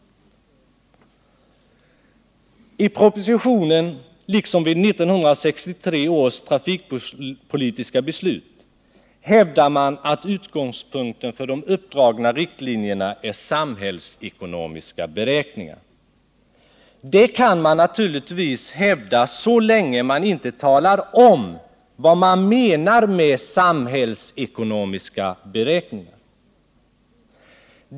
I propositionen, liksom i 1963 års trafikpolitiska beslut, hävdar man att utgångspunkten för de uppdragna riktlinjerna är samhällsekonomiska beräkningar. Det kan man naturligtvis hävda så länge man inte talar om vad man menar med samhällsekonomiska beräkningar.